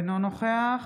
אינו נוכח